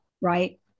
right